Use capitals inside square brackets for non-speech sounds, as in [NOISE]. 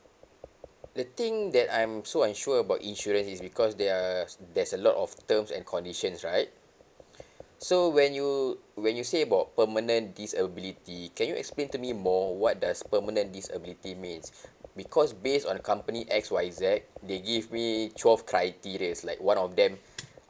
the thing that I'm so unsure about insurance is because they are there's a lot of terms and conditions right [BREATH] so when you when you say about permanent disability can you explain to me more what does permanent disability means [BREATH] because based on company X Y Z they give me twelve criterias like one of them [BREATH]